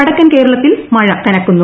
വടക്കൻ കേരളത്തിൽ മഴ കനക്കുന്നു